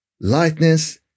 lightness